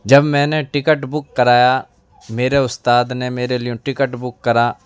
جب میں نے ٹکٹ بک کرایا میرے استاد نے میرے لیے ٹکٹ بک کرا